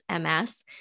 MS